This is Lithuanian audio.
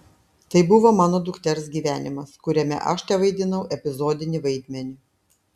tai buvo mano dukters gyvenimas kuriame aš tevaidinau epizodinį vaidmenį